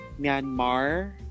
Myanmar